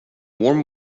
warm